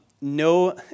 no